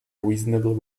reasonable